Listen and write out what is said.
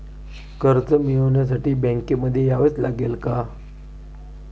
कर्ज मिळवण्यासाठी बँकेमध्ये यावेच लागेल का?